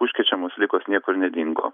užkrečiamos ligos niekur nedingo